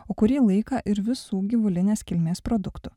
o kurį laiką ir visų gyvulinės kilmės produktų